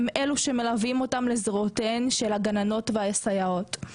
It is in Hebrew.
הם אלה שמלווים אותם לזרועותיהן של הגננות והסייעות.